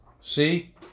See